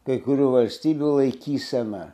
kai kurių valstybių laikysena